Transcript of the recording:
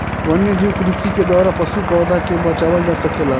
वन्यजीव कृषि के द्वारा पशु, पौधा के बचावल जा सकेला